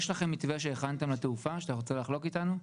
יש לכם מתווה שהכנתם לתעופה שאתם רוצים לחלוק איתנו?